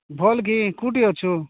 ଭଲ କିି କୋଉଠି ଅଛୁ